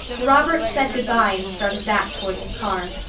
robert said good-bye and started back toward his car.